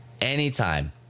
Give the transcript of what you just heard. anytime